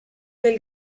del